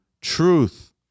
truth